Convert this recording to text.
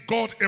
God